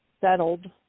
settled